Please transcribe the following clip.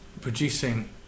producing